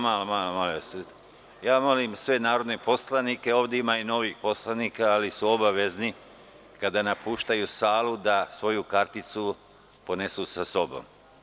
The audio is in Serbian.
Molim sve narodne poslanike, ovde ima i novih poslanika, ali su obavezni kada napuštaju salu da svoju karticu ponesu sa sobom.